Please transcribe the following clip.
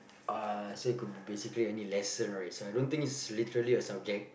uh so it could be basically any lesson right so I don't think it's literally a subject